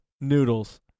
noodles